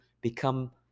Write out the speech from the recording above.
become